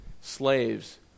slaves